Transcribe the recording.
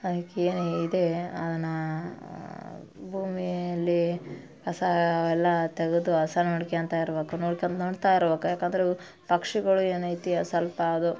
ಹಾಕಿ ಇದೇ ಅದನ್ನು ಭೂಮಿಯಲ್ಲಿ ಹೊಸ ಎಲ್ಲ ತೆಗೆದು ಹಸನ್ ಮಾಡ್ಕ್ಯಂತ ಇರಬೇಕು ನೋಡ್ಕಂತ ನೋಡ್ತಾ ಇರಬೇಕು ಯಾಕಂದರೆ ಇವು ಪಕ್ಷಿಗಳು ಏನೈತಿ ಸ್ವಲ್ಪ ಅದು